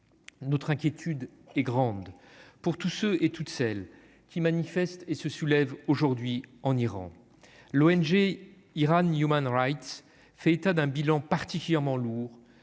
notre inquiétude est grande pour tous ceux et toutes celles qui manifestent et se soulève aujourd'hui en Iran, l'ONG Iran Human rights fait état d'un bilan particulièrement lourd,